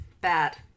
bad